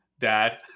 dad